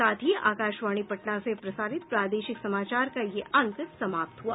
इसके साथ ही आकाशवाणी पटना से प्रसारित प्रादेशिक समाचार का ये अंक समाप्त हुआ